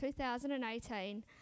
2018